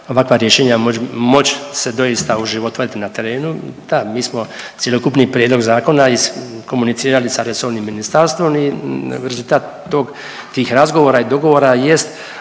ovakva rješenja moć, moć se doista oživotvoriti na terenu. Da, mi smo cjelokupni prijedlog zakona iskomunicirali sa resornim ministarstvom i rezultat tog, tih razgovora i dogovora jest